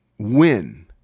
Win